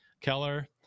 Keller